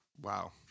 Wow